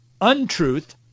untruth